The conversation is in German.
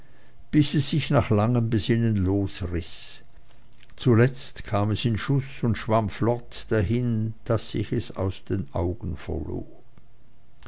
bis es sich nach langem besinnen losriß zuletzt kam es in schuß und schwamm flott dahin daß ich es aus den augen verlor